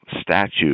statue